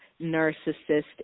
narcissist